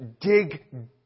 dig